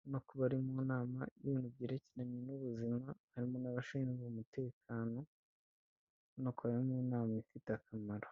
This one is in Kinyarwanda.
hano hakaba ari mu nama y' ibintu, byerekeranye n'ubuzima, harimo n'abashinzwe umutekano, banakoreramo inama ifite akamaro.